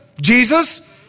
Jesus